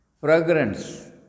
fragrance